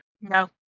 No